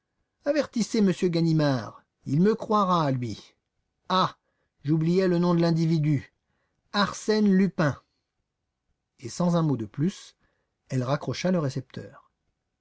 avertissez m ganimard il me croira lui ah j'oubliais le nom de l'individu arsène lupin et sans un mot de plus elle raccrocha le récepteur